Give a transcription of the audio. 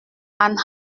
and